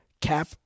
Cap